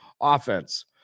Offense